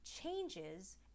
changes